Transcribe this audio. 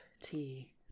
tea